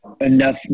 enough